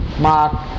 Mark